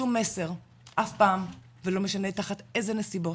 שום מסר אף פעם, ולא משנה תחת אילו נסיבות